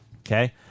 Okay